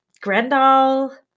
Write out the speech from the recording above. Grendel